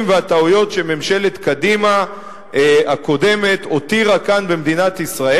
והטעויות שממשלת קדימה הקודמת הותירה כאן במדינת ישראל.